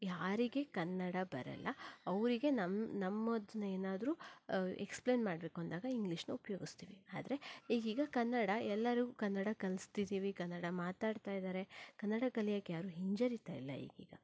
ಯಾರಿಗೆ ಕನ್ನಡ ಬರಲ್ಲ ಅವರಿಗೆ ನಮ್ಮ ನಮ್ಮೋದ್ನ ಏನಾದರೂ ಎಕ್ಸ್ಪ್ಲೇನ್ ಮಾಡಬೇಕು ಅಂದಾಗ ಇಂಗ್ಲೀಷನ್ನು ಉಪಯೋಗಿಸ್ತೀವಿ ಆದರೆ ಈಗೀಗ ಕನ್ನಡ ಎಲ್ಲರಿಗೂ ಕನ್ನಡ ಕಲಿಸ್ತಿದ್ದೀವಿ ಕನ್ನಡ ಮಾತಾಡ್ತಾ ಇದ್ದಾರೆ ಕನ್ನಡ ಕಲಿಯಕ್ಕೆ ಯಾರೂ ಹಿಂಜರಿತಾ ಇಲ್ಲ ಈಗೀಗ